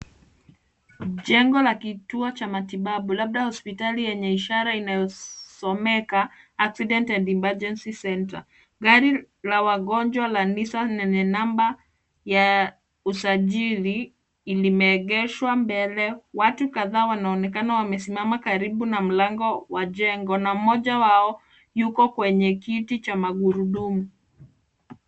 Jengo la kituo cha matibabu labda hospitali yenye ishara inayosomeka accident and emergency centre . Gari la wagonjwa la Nissan lenye namba ya usajili limeegeshwa mbele. Watu kadhaa wanaonekana wanaonekana wamesimama karibu na mlango wa jengo na mmoja wao yuko kwenye kiti cha magurudumu.